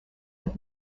have